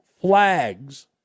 flags